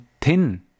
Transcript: thin